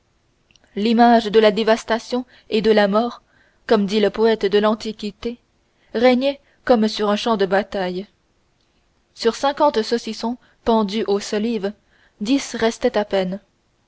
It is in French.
l'image de la dévastation et de la mort comme dit le poète de l'antiquité régnait là comme sur un champ de bataille sur cinquante saucissons pendus aux solives dix restaient à peine